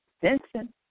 Vincent